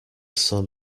sun